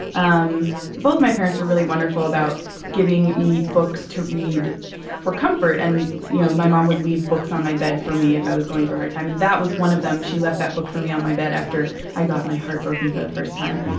um both my parents were really wonderful about giving me books to read for comfort. and you know my mom would leave books on my bed for me if i was going through a hard time. and that was one of them. she left that book for me on my bed after i got my heart broken for the first time.